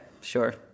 sure